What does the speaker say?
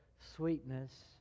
sweetness